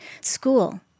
School